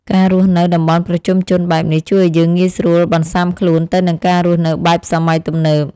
ការរស់នៅតំបន់ប្រជុំជនបែបនេះជួយឱ្យយើងងាយស្រួលបន្សាំខ្លួនទៅនឹងការរស់នៅបែបសម័យទំនើប។